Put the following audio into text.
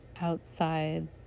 outside